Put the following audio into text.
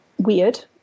weird